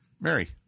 Mary